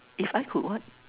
if I could what